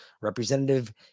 Representative